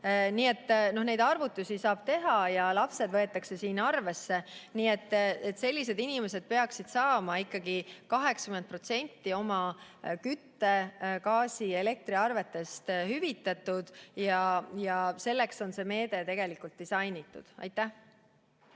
eurot. Neid arvutusi saab teha ja lapsed võetakse siin arvesse, nii et sellised inimesed peaksid saama ikkagi 80% oma kütte-, gaasi- ja elektriarvetest hüvitatud. Selleks ongi see meede tegelikult disainitud. Aivar